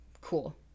Cool